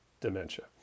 dementia